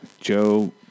Joe